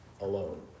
Alone